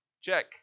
Check